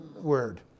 word